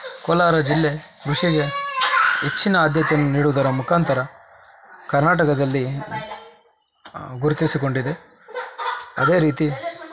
ಕೋಲಾರ ಜಿಲ್ಲೆ ಕೃಷಿಗೆ ಹೆಚ್ಚಿನ ಆದ್ಯತೆಯನ್ನು ನೀಡುವುದರ ಮುಖಾಂತರ ಕರ್ನಾಟಕದಲ್ಲಿ ಗುರುತಿಸಿಕೊಂಡಿದೆ ಅದೇ ರೀತಿ